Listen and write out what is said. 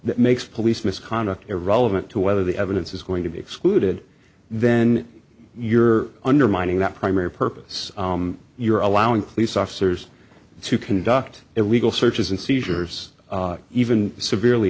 makes police misconduct irrelevant to whether the evidence is going to be excluded then you're undermining that primary purpose you're allowing police officers to conduct illegal searches and seizures even severely